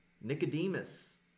Nicodemus